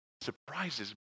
Surprises